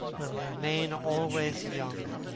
will remain always young.